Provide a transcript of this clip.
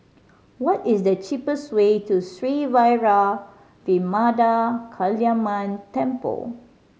what is the cheapest way to Sri Vairavimada Kaliamman Temple